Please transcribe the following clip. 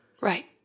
Right